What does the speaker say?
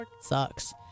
Sucks